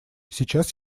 сейчас